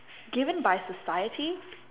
given by society